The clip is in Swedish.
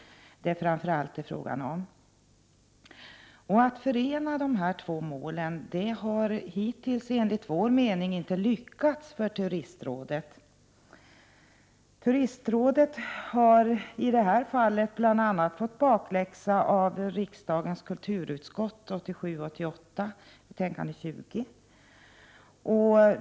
Att förena dessa två betydelser har turistrådet hittills enligt vår mening inte lyckats med. Turistrådet har i det här fallet fått bakläxa av bl.a. riksdagens kulturutskott i betänkandet 1987/88:20.